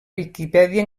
viquipèdia